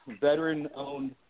veteran-owned